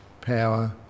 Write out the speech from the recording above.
power